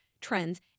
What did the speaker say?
trends